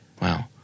Wow